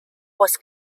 was